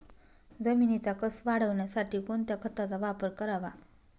जमिनीचा कसं वाढवण्यासाठी कोणत्या खताचा वापर करावा?